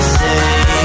say